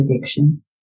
addiction